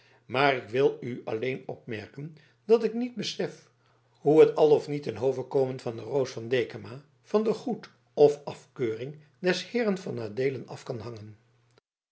maar ik wil nu alleen opmerken dat ik niet besef hoe het al of niet ten hove komen der roos van dekama van de goed of afkeuring des heeren van adeelen af kan hangen